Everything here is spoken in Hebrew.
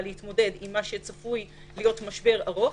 להתמודד עם מה שצפוי להיות משבר ארוך,